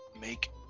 make